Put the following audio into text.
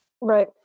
Right